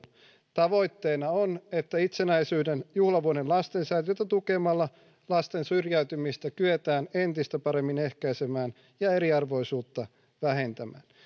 tavoitteena on että itsenäisyyden juhlavuoden lastensäätiötä tukemalla lasten syrjäytymistä kyetään entistä paremmin ehkäisemään ja eriarvoisuutta vähentämään